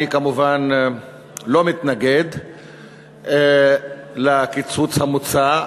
אני כמובן לא מתנגד לקיצוץ המוצע,